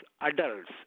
adults